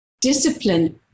Discipline